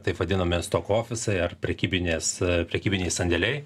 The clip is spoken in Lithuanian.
taip vadinami stokofisai ar prekybinės prekybiniais sandėliai